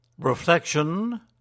Reflection